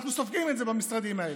אנחנו סופגים את זה במשרדים האלה.